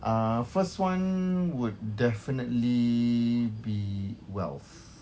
uh first one would definitely be wealth